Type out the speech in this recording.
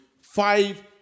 five